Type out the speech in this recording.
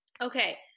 Okay